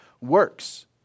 works